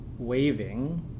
waving